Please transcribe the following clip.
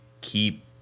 keep